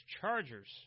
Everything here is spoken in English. Chargers